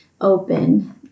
open